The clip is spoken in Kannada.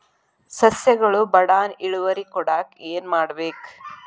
ಸಸ್ಯಗಳು ಬಡಾನ್ ಇಳುವರಿ ಕೊಡಾಕ್ ಏನು ಮಾಡ್ಬೇಕ್?